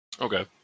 Okay